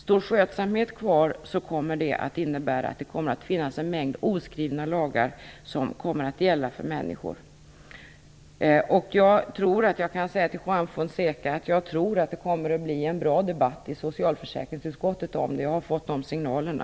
Står "skötsamhet" kvar innebär det att en mängd oskrivna lagar kommer att gälla för människor. Jag tror jag kan säga till Juan Fonseca att det kommer att bli en bra debatt i socialförsäkringsutskottet om det här. Jag har fått de signalerna.